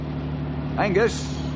Angus